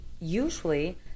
usually